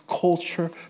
culture